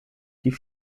die